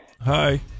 hi